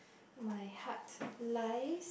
my heart lies